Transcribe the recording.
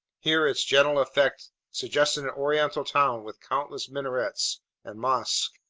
here, its general effect suggested an oriental town with countless minarets and mosques.